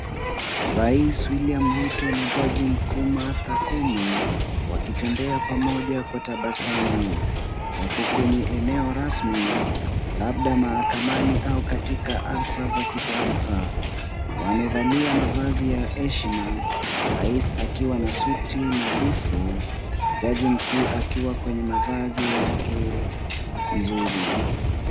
Rais William Ruto na jaji mkuu Martha Koome wakitembea pamoja kwa tabasamu. Wako kwenye eneo rasmi labda mahakamani au katika halfa za kitaifa. Wamevalia mavazi ya heshima rais akiwa na suti nadhifu na jaji mkuu akiwa kwenye mavazi mazuri.